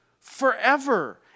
forever